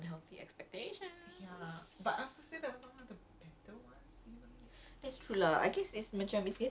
oh my god okay okay I I see where this is going oh unhealthy expectations